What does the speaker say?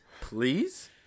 Please